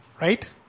Right